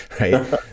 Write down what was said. right